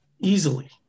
easily